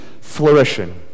flourishing